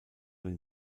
den